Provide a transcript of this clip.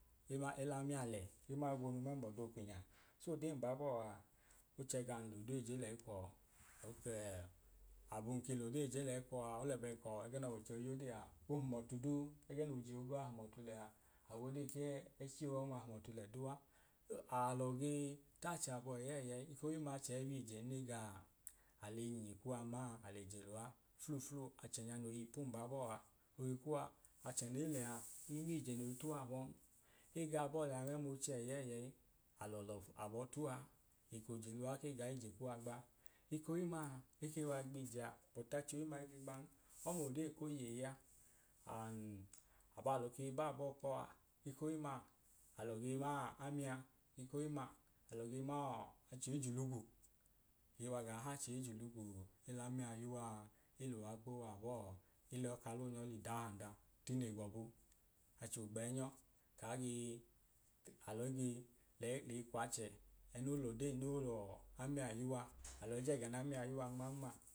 Ema elamiya lẹ, ema gwonu meml’ẹdoo kw’inya so odee mbabooaa oche gam lodee je lẹyi kwọọ oke ee abun ke lodee je lẹyi kwọọ aa olebẹn kọọ ẹgẹ n’ọwọicho iyodee aa ohum ọtu duu ege n’oje ogaa hum otu leya ab’odee kẹ ẹẹchi ọma hum ọtu le duu a alọ gee t’achẹ abọ ẹyẹẹyẹi, ekohimma achẹ bii jen ne ga aleinyinyi kuwa ma ale je luwa fluflu achẹnya no y’ipu mbabọọa ohi k’uwa achẹ ne lẹya emiije no i tuwa abọn ega bọọ liya mẹmloche ẹyẹyẹyẹi alo lof labo tuwa eko je luwa ke gaa lije kuwa gba ekohimma ekei wai gbije aa but ach’ohimma ige gban ọma o dee ko yeyi a and abalọ kei baabọọ kpọọ a ikohimma alọ ge ma amia, ekohimma alọ ge maa acho he julugu ge wa gaa hachẹ ejelugu el’amiya yuaa eluwa kpo waa bọọ edọọ kalọ nyọ l’idahanda tine gbọbu acho gbẹẹnyọ kaa gee alọi ge lei kw’aachẹ eno l’odeen no loo amia iyuwa alọi jẹga na mia yuwa nman ma